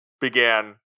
began